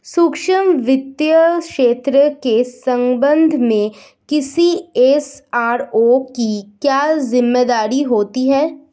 सूक्ष्म वित्त क्षेत्र के संबंध में किसी एस.आर.ओ की क्या जिम्मेदारी होती है?